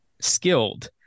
skilled